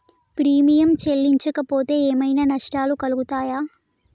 Premium చెల్లించకపోతే ఏమైనా నష్టాలు కలుగుతయా?